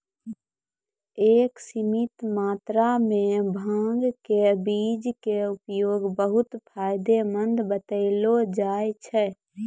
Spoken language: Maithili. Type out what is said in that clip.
एक सीमित मात्रा मॅ भांग के बीज के उपयोग बहु्त फायदेमंद बतैलो जाय छै